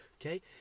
okay